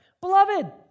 Beloved